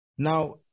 Now